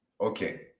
Okay